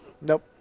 Nope